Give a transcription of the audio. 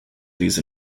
these